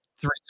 Three